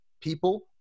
people